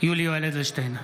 יולי יואל אדלשטיין,